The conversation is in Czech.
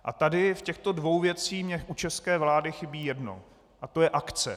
A tady v těchto dvou věcech mi u české vlády chybí jedno a to je akce.